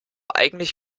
eigentlich